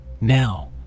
Now